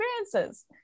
experiences